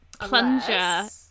plunger